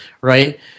right